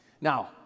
Now